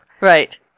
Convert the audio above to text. right